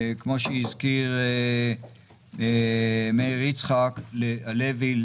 כמו שהזכיר מאיר יצחק הלוי,